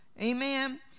amen